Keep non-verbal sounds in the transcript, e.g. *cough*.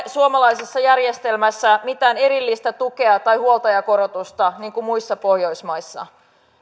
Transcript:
*unintelligible* suomalaisessa järjestelmässä mitään erillistä tukea tai huoltajakorotusta niin kuin muissa pohjoismaissa